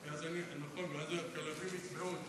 אדוני היושב-ראש, תודה רבה, חברי חברי הכנסת,